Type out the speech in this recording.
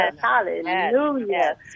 Hallelujah